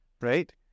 right